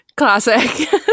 Classic